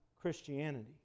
Christianity